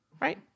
Right